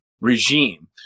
regime